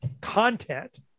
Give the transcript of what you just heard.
content